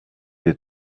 des